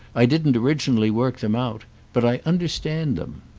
i didn't originally work them out but i understand them,